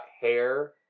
hair